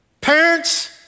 Parents